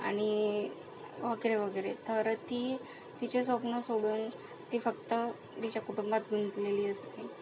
आणि वगैरे वगैरे तर ती तिची स्वप्नं सोडून ती फक्त तिच्या कुटुंबात गुंतलेली असते